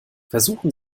versuchen